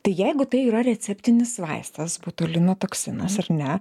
tai jeigu tai yra receptinis vaistas botulino toksinas ar ne